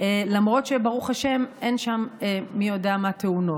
למרות שברוך השם אין שם מי יודע מה תאונות.